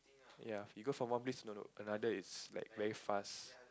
ya you go from one place to another it's like very fast